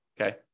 Okay